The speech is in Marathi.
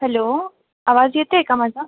हॅलो आवाज येतोय का माझा